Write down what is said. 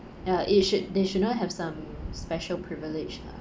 ya it should they should not have some special privilege lah